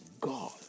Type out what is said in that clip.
God